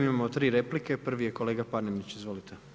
Imamo 3 replike, prvi je kolega Panenić, izvolite.